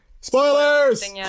spoilers